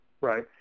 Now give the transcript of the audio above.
Right